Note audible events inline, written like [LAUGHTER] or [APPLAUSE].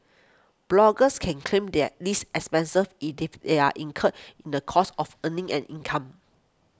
bloggers can claim their lease expensive [UNINTELLIGIBLE] if they are incurred in the course of earning an income